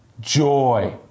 joy